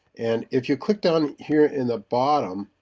and if you click down here in the bottom